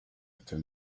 after